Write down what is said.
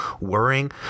worrying